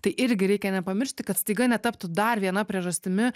tai irgi reikia nepamiršti kad staiga netaptų dar viena priežastimi